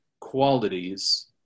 qualities